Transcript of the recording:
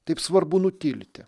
taip svarbu nutilti